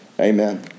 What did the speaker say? Amen